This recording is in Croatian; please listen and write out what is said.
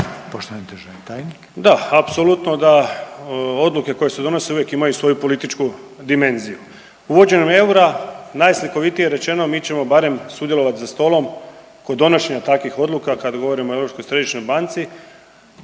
Stjepan (HNS)** Da, apsolutno da odluke koje se donose uvijek imaju svoju političku dimenziju. Uvođenjem eura najslikovitije rečeno mi ćemo barem sudjelovati za stolom kod donošenja takvih odluka kad govorimo o Europskoj središnjoj banci